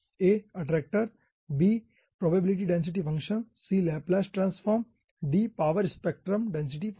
a attractor b probability density function c Laplace transform और d power spectrum density function